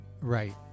Right